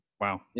Wow